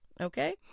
Okay